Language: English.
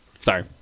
sorry